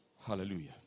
Hallelujah